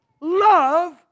love